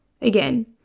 Again